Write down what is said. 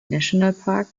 nationalpark